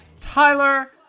tyler